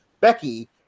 Becky